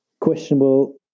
questionable